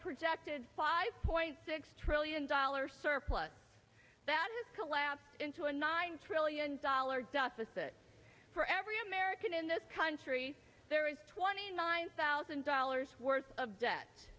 projected five point six trillion dollars surplus that is collapsed into a nine trillion dollars deficit for every american in this country there is twenty nine thousand dollars worth of debt